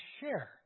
share